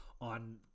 on